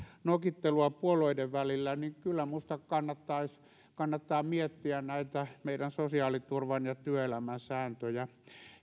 nokittelua puolueiden välillä minusta kannattaa kyllä miettiä näitä meidän sosiaaliturvan ja työelämän sääntöjä